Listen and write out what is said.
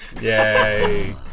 Yay